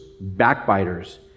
backbiters